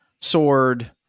sword